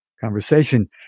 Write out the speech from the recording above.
conversation